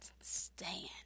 stand